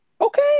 Okay